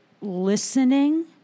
listening